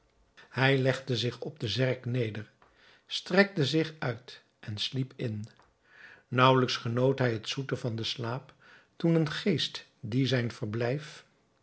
hij legde zich op de zerk neder strekte zich uit en sliep in naauwelijks genoot hij het zoete van den slaap toen een geest die zijn verblijf